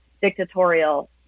dictatorial